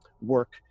work